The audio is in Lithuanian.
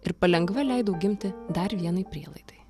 ir palengva leidau gimti dar vienai prielaidai